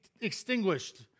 extinguished